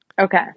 Okay